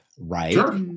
Right